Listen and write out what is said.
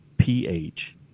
P-H